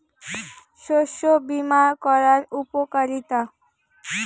শস্য বিমা করার উপকারীতা?